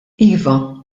iva